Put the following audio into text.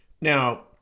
Now